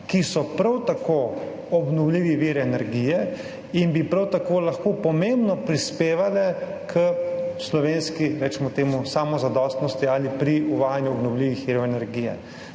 ki so prav tako obnovljivi viri energije in bi prav tako lahko pomembno prispevale k slovenski, recimo temu, samozadostnosti ali pri uvajanju obnovljivih virov energije.